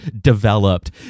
developed